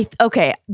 okay